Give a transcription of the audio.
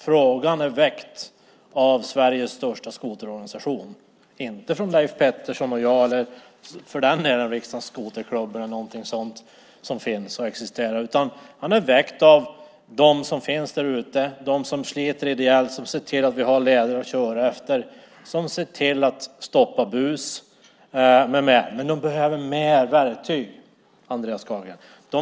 Frågan är väckt av Sveriges största skoterorganisation, inte av Leif Pettersson eller mig eller riksdagens skoterklubb. Den är väckt av dem där ute, de som sliter ideellt och ser till att vi har leder att köra på, de som ser till att stoppa bus. De behöver mer verktyg, Andreas Carlgren.